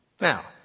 Now